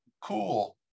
cool